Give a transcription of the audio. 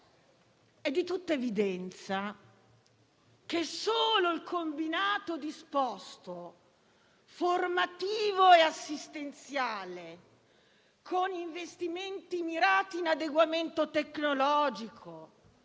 È di tutta evidenza che solo il combinato disposto formativo e assistenziale, con investimenti mirati in adeguamento tecnologico,